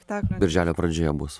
birželio pradžioje bus